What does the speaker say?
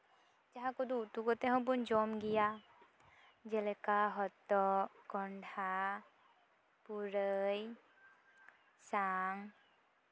ᱡᱟᱦᱟᱸ ᱠᱚᱫᱚ ᱩᱛᱩ ᱠᱟᱛᱮᱜ ᱦᱚᱸᱵᱚᱱ ᱡᱚᱢ ᱜᱮᱭᱟ ᱡᱮᱞᱮᱠᱟ ᱦᱚᱛᱚᱫ ᱠᱚᱸᱰᱷᱟ ᱯᱩᱨᱟᱹᱭ ᱥᱟᱝ